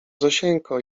zosieńko